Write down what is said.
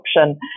option